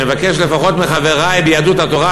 אני מבקש לפחות מחברי ביהדות התורה